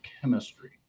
chemistry